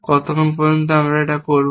কতক্ষণ পর্যন্ত আমরা এটা করব